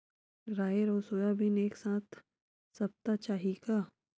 राहेर अउ सोयाबीन एक साथ सप्ता चाही का?